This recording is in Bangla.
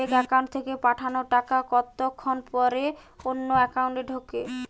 এক একাউন্ট থেকে পাঠানো টাকা কতক্ষন পর অন্য একাউন্টে ঢোকে?